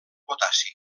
potassi